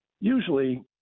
Usually